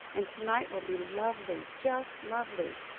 and to-night will be lovely, just lovely.